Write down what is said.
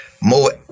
More